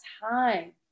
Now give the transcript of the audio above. time